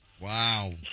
Wow